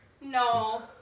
No